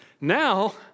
now